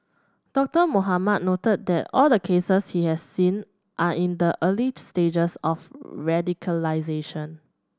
Doctor Mohamed noted that all the cases he has seen are in the early stages of radicalisation